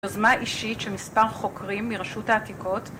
יוזמה אישית שמספר חוקרים מרשות העתיקות